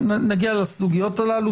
נגיע לסוגיות הללו.